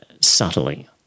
subtly